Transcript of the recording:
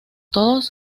todos